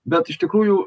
bet iš tikrųjų